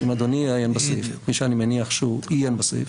אם אדוני יעיין בסעיף כפי שאני מניח שהוא עיין בסעיף